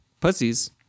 Pussies